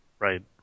Right